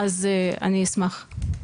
אז אני אשמח.